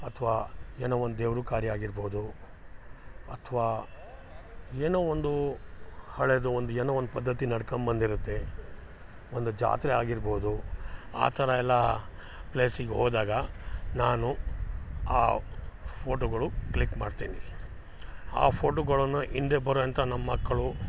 ಅಥವಾ ಏನೋ ಒಂದು ದೇವ್ರ ಕಾರ್ಯ ಆಗಿರ್ಬೌದು ಅಥವಾ ಏನೋ ಒಂದು ಹಳೆದು ಒಂದು ಏನೋ ಒಂದು ಪದ್ಧತಿ ನಡ್ಕಮ್ಬಂದಿರುತ್ತೆ ಒಂದು ಜಾತ್ರೆ ಆಗಿರ್ಬೌದು ಆ ಥರ ಎಲ್ಲಾ ಪ್ಲೇಸಿಗೆ ಹೋದಾಗ ನಾನು ಆ ಫೋಟೋಗಳು ಕ್ಲಿಕ್ ಮಾಡ್ತೀನಿ ಆ ಫೋಟೋಗಳನ್ನ ಹಿಂದೆ ಬರೋವಂತ ನಮ್ ಮಕ್ಳು